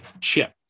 chip